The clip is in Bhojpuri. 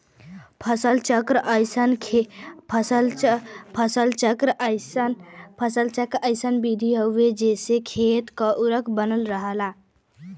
फसल चक्र अइसन विधि हउवे जेसे खेती क उर्वरक बनल रहला